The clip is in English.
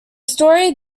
story